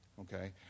okay